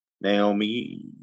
Naomi